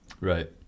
Right